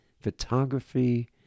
photography